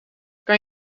kan